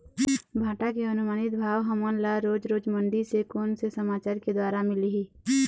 भांटा के अनुमानित भाव हमन ला रोज रोज मंडी से कोन से समाचार के द्वारा मिलही?